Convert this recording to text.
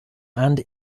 and